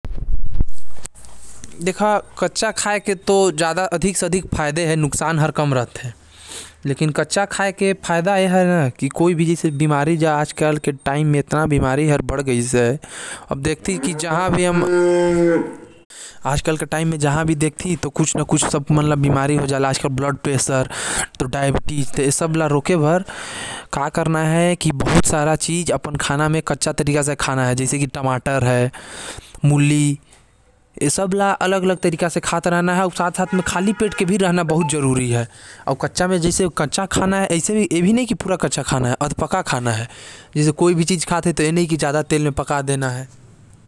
कच्चा खाना बहुते फायदा करथे, जैसे कि आजकल इतना बीमारी फैल गईस हवे की कुछ भी शुद्ध नही हवे। अगर हमन अपन खाना म कुछ कच्चा जोड़थि तो ओ हर सेहत के लिए बड़िया होही। सलाद हमन अपन खाना म जोड़ सकत ही काबर की ओ हर कच्चा होथे।